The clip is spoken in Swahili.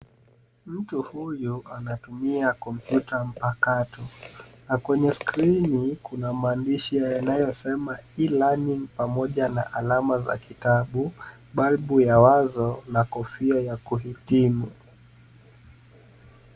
Mtu huyu anatumia kompyuta mpakato na kwenye skrini kuna maandishi yanayosema e-learning pamoja na alama za kitabu, balbu ya wazo na kofia ya kuhitimu.